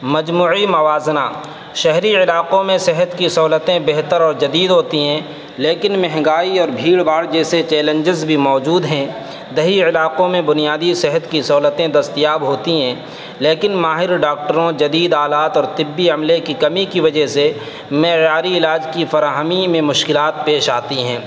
مجموعی موازنہ شہری علاقوں میں صحت کی سہولتیں بہتر اور جدید ہوتی ہیں لیکن مہنگائی اور بھیڑ بھاڑ جیسے چیلنجز بھی موجود ہیں دیہی علاقوں میں بنیادی صحت کی سہولتیں دستیاب ہوتی ہیں لیکن ماہر ڈاکٹروں جدید آلات اور طبی عملے کی کمی کی وجہ سے معیاری علاج کی فراہمی میں مشکلات پیش آتی ہیں